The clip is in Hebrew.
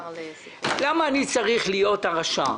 למה אני צריך להיות הרשע,